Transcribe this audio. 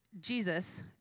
Jesus